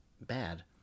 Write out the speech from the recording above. bad